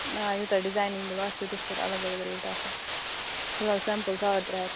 آ یوٗتاہ ڈِزاینِگ تہِ چھُ پتہٕ الگ الگ ریٹ آسان فلہال سٮ۪مپٕل ساڈ ترٛےٚ ہتھ